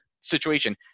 situation